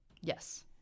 Yes